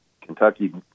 Kentucky